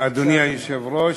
אדוני היושב-ראש,